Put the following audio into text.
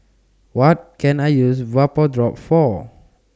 What Can I use Vapodrops For